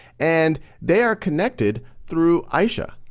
and they are connected through aisha.